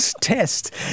test